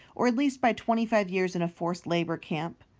or at least by twenty-five years in a forced-labour camp.